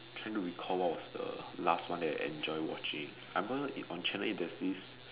trying to recall what's the last one that I enjoyed watching I remember on channel-eight there's this